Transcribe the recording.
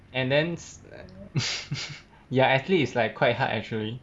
and then ya athlete is like quite hard actually